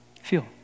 Feel